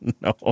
No